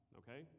okay